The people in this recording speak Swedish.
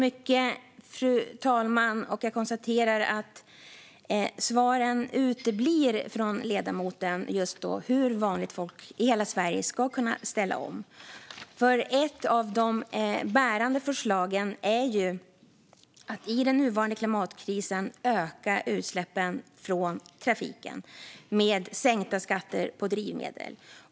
Fru talman! Jag konstaterar att svaren från ledamoten uteblir om hur vanligt folk i hela Sverige ska kunna ställa om. Ett av de bärande förslagen är att i den nuvarande klimatkrisen öka utsläppen från trafiken genom sänkta skatter på drivmedel.